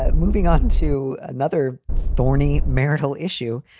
ah moving on to another thorny marital issue.